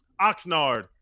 Oxnard